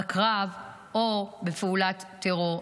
בקרב או בפעולת טרור.